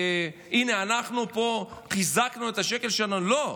שהינה, אנחנו חיזקנו את השקל, לא,